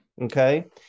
Okay